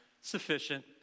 Sufficient